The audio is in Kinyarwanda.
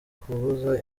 kubuza